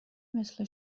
مثل